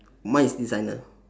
mine is designer